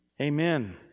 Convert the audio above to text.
amen